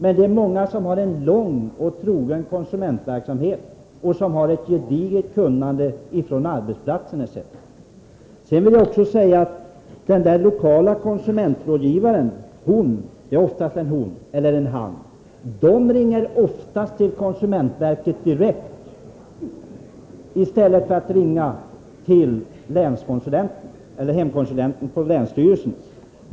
Men det är många som har erfarenhet av en lång och trogen konsumentverksamhet och som har ett gediget kunnande från arbetsplatser etc. Sedan vill jag också säga när det gäller den lokala konsumentrådgivaren, att hon eller han oftast ringer till konsumentverket direkt i stället för att ringa till hemkonsulenten på länsstyrelsen.